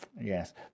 Yes